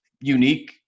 unique